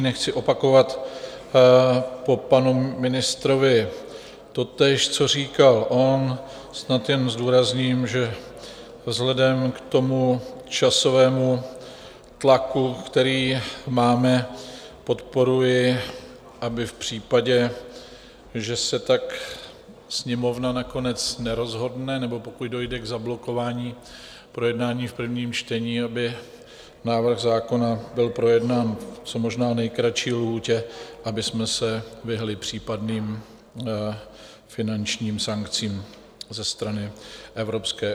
Nechci opakovat po panu ministrovi totéž, co říkal on, snad jen zdůrazním, že vzhledem k časovému tlaku, který máme, podporuji, aby v případě, že se tak Sněmovna nakonec nerozhodne, nebo pokud dojde k zablokování projednání v prvním čtení, aby návrh zákona byl projednán v co možná nejkratší lhůtě, abychom se vyhnuli případným finančním sankcím ze strany Evropské unie.